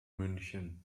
münchen